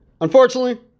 Unfortunately